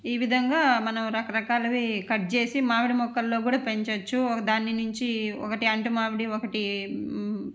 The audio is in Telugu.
ఈ విధంగా మనం రకరకాలవి కట్ చేసి మామిడి మొక్కల్లో కూడా పెంచవచ్చు ఒకదాని నుంచి ఒకటి అంటు మామిడి ఒకటి